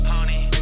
Honey